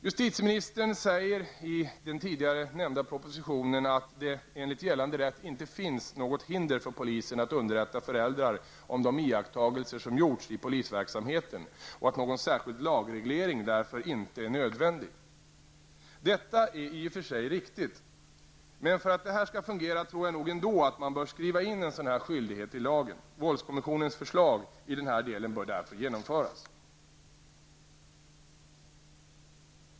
Justitieministern säger i den tidigare nämnda propositionen att det enligt gällande rätt inte finns något hinder för polisen att underrätta föräldrar om de iakttagelser som gjorts i polisverksamheten och att någon särskild lagreglering därför inte är nödvändig. Dett är i och för sig riktigt. Men för att det här skall fungera tror jag nog ändå att man bör skriva in en sådan här skyldighet i lagen. Våldskommissionens förslag i denna del bör därför genomföras.